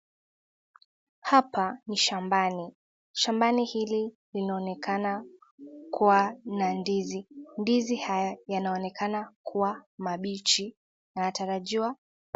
Hapa ni shambani. Shambani hili linaonekana kuwa na ndizi. Ndizi haya yanaonekana kuwa mabichi na yanatarajiwa...